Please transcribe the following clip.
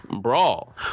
brawl